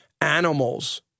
animals